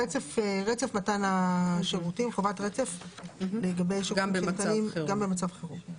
חובת רצף מתן השירותים גם במצב חירום.